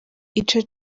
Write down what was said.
ico